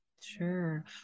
Sure